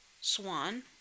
swan